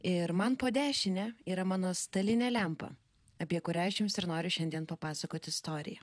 ir man po dešine yra mano stalinė lempa apie kurią aš jums ir noriu šiandien papasakoti istoriją